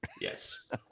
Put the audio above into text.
yes